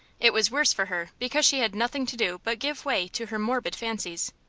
it was worse for her because she had nothing to do but give way to her morbid fancies.